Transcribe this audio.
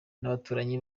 n’abaturanyi